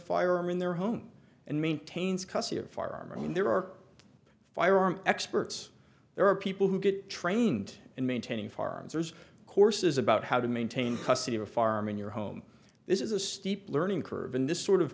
firearm in their home and maintains custody of far i mean there are firearm experts there are people who get trained in maintaining farms there's courses about how to maintain custody of a farm in your home this is a steep learning curve in this sort of